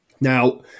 now